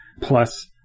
plus